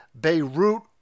Beirut